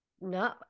No